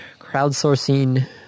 crowdsourcing